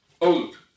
old